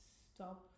stop